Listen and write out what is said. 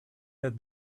that